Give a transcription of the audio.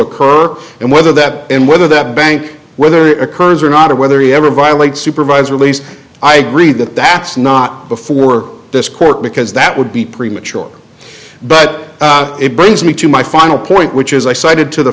occur and whether that and whether that bank whether it occurs or not or whether he ever violate supervisor lease i agree that that's not before this court because that would be premature but it brings me to my final point which is i cited to the